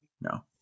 no